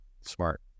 Smart